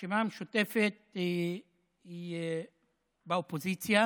הרשימה המשותפת היא באופוזיציה.